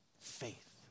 faith